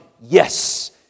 yes